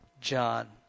John